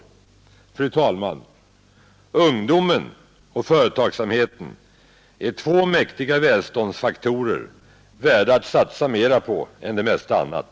Fru talman! Ungdomen och företagsamheten är två mäktiga välståndsfaktorer värda att satsa mera på än det mesta annat.